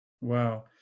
wow